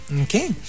Okay